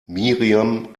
miriam